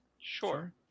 Sure